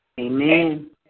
Amen